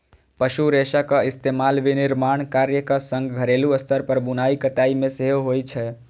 पशु रेशाक इस्तेमाल विनिर्माण कार्यक संग घरेलू स्तर पर बुनाइ कताइ मे सेहो होइ छै